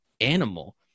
animal